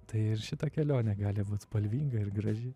tai ir šita kelionė gali būt spalvinga ir graži